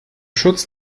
schutz